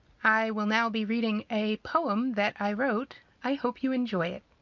i will now be reading a poem that i wrote. i hope you enjoy it.